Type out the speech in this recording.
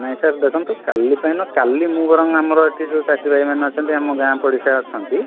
ନାଇଁ ସାର୍ ଦେଖନ୍ତୁ କାଲି ପାଇଁ ନୁହଁ କାଲି ମୁଁ ବରଂ ଆମର ଏଇଠି ଚାଷୀ ଭାଇମାନେ ଅଛନ୍ତି ଆମ ଗାଁ ପଡ଼ିଶା ଅଛନ୍ତି